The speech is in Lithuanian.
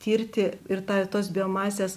tirti ir tą ir tos biomasės